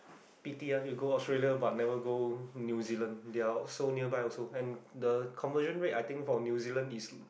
Petey ask me to go Australia but never go new-zealand they are so nearby also and the conversion rate I think for new-zealand is